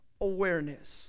awareness